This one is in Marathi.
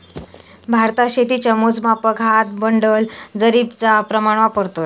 भारतात शेतीच्या मोजमापाक हात, बंडल, जरीबचा प्रमाण वापरतत